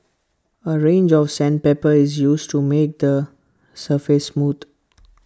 A range of sandpaper is used to make the surface mood